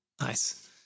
nice